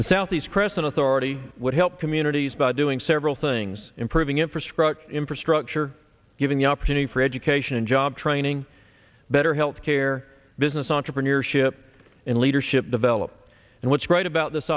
the southeast crescent authority would help communities by doing several things improving infrastructure infrastructure given the opportunity for education and job training better health care business entrepreneurship and leadership develop and what's great about this